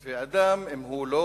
ואדם, אם הוא לא